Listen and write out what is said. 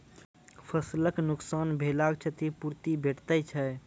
फसलक नुकसान भेलाक क्षतिपूर्ति भेटैत छै?